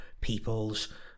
people's